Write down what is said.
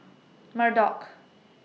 Murdock